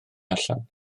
allan